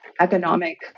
economic